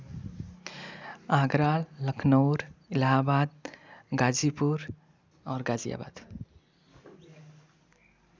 आगरा लखनऊ इलाहबाद गाज़ीपुर और गाज़ियाबाद